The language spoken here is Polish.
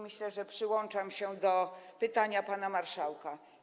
Myślę, że przyłączam się do pytania pana marszałka.